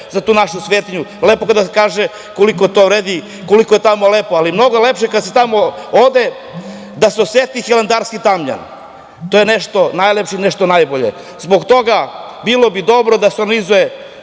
za tu našu svetinju. Lepo je kada se kaže koliko to vredi, koliko je tamo lepo, ali mnogo je lepše kad se tamo ode, da se oseti hilandarski tamjan. To je nešto najlepše i nešto najbolje. Zbog toga, bilo bi dobro da se organizuje,